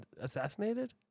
assassinated